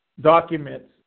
documents